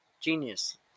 genius